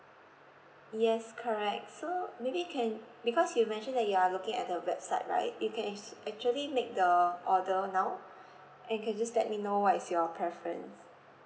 yes correct so maybe you can because you mentioned that you are looking at the website right you can as~ actually make the order now and you can just let me know what is your preference